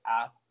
app